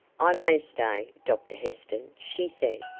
i may stay, doctor heston, she said.